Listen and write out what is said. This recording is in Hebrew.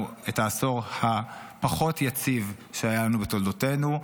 את העשור הפחות-יציב שהיה לנו בתולדותינו,